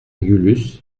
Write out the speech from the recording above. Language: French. régulus